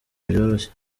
byoroshye